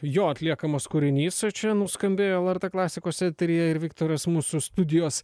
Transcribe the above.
jo atliekamas kūrinys o čia nuskambėjo lrt klasikos eteryje ir viktoras mūsų studijos